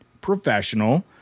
professional